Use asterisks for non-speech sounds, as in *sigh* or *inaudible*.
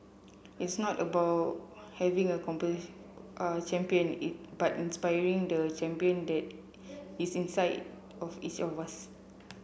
it's not about having a *unintelligible* champion *unintelligible* but inspiring the champion that is inside of each of us